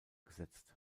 gesetzt